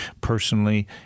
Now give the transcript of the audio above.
personally